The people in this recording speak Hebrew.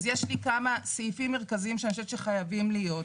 אז יש לי כמה סעיפים מרכזיים שאני חושבת שחייבים להיות.